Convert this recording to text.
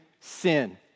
sin